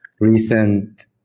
Recent